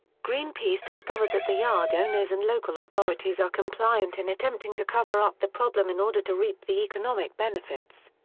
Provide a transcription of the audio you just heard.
greenpeace discovered that the yard owners and local authorities are compliant in attempting to cover up the problem in order to reap the economic benefits.